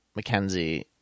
McKenzie